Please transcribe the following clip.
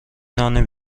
نان